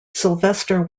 sylvester